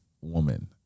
woman